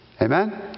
Amen